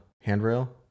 handrail